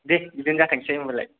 दे बिदिनो जाथोंसै होमब्लालाय